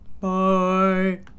Bye